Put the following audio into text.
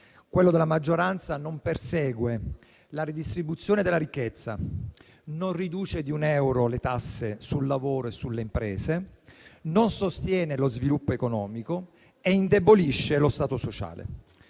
quello della maggioranza non persegue la redistribuzione della ricchezza, non riduce di un euro le tasse sul lavoro e sulle imprese, non sostiene lo sviluppo economico e indebolisce lo stato sociale.